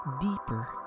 deeper